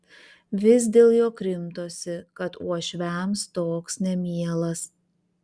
vis dėl jo krimtosi kad uošviams toks nemielas